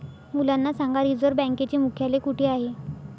मुलांना सांगा रिझर्व्ह बँकेचे मुख्यालय कुठे आहे